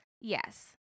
Yes